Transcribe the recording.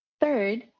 Third